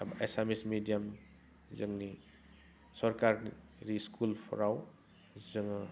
एसामिस मिडियाम जोंनि सरकारि स्कुलफ्राव जोङो